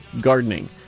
Gardening